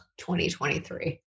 2023